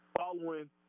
following